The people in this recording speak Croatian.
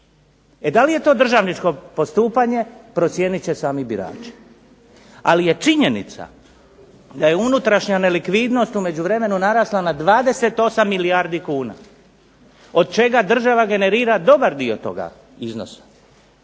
E da li je to državničko postupanje procijenit će sami birači. Ali je činjenica da je unutrašnja nelikvidnost u međuvremenu narasla na 28 milijardi kuna, od čega država generira dobar dio toga iznosa.